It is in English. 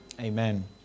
Amen